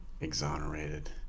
exonerated